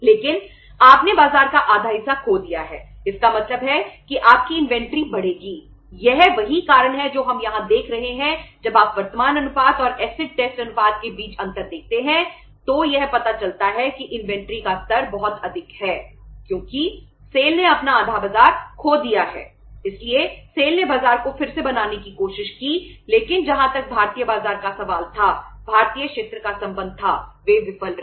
लेकिन आपने बाजार का आधा हिस्सा खो दिया है इसका मतलब है कि आपकी इन्वेंट्री ने बाजार को फिर से बनाने की कोशिश की लेकिन जहां तक भारतीय बाजार का सवाल था भारतीय क्षेत्र का संबंध था वे विफल रहे